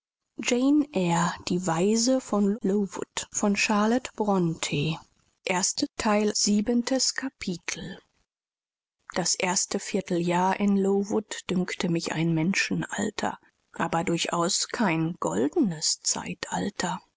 ohne erwiderung siebentes kapitel das erste vierteljahr in lowood dünkte mich ein menschenalter aber durchaus kein goldenes zeitalter